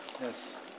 Yes